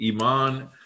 Iman